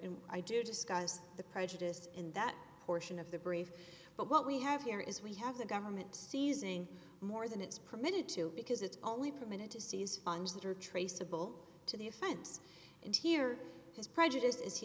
and i do discuss the prejudiced in that portion of the brief but what we have here is we have the government seizing more than its permitted to because it's only permitted to seize funds that are traceable to the offense and he or his prejudice is he